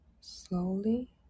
slowly